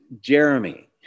Jeremy